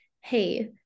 Hey